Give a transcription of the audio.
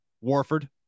Warford